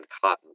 cotton